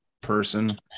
person